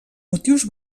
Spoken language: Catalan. motius